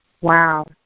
Wow